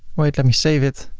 wait, let me save it.